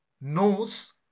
knows